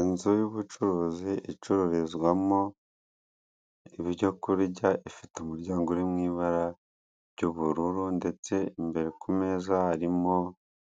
Inzu y'ubucuruzi icururizwamo ibyo kurya, ifite umuryango uri mu ibara ry'ubururu ndetse imbere ku meza